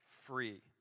free